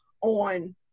on